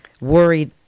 worried